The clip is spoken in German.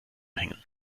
hängen